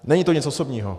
Není to nic osobního.